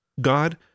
God